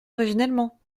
originellement